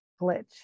glitch